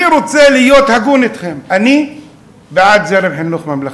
אני רוצה להיות הגון אתכם: אני בעד זרם חינוך ממלכתי,